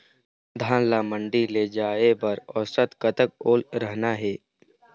धान ला मंडी ले जाय बर औसत कतक ओल रहना हे?